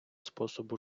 способу